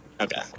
okay